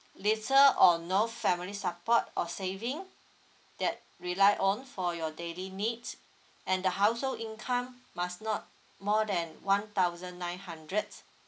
little or no family support or saving that rely on for your daily needs and the household income must not more than one thousand nine hundred